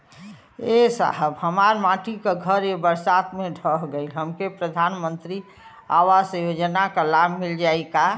ए साहब हमार माटी क घर ए बरसात मे ढह गईल हमके प्रधानमंत्री आवास योजना क लाभ मिल जाई का?